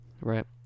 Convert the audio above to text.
right